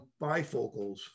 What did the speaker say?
bifocals